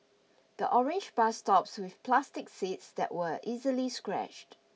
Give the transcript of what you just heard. the orange bus stops with plastic seats that were easily scratched